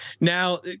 Now